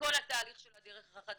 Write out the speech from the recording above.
בכל התהליך של הדרך החדשה,